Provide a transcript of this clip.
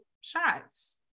shots